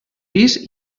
pis